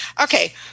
Okay